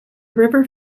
river